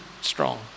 strong